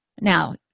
Now